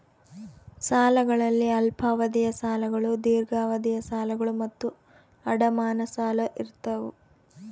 ಸಾಲಗಳಲ್ಲಿ ಅಲ್ಪಾವಧಿಯ ಸಾಲಗಳು ದೀರ್ಘಾವಧಿಯ ಸಾಲಗಳು ಮತ್ತು ಅಡಮಾನ ಸಾಲಗಳು ಇರ್ತಾವ